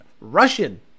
Russian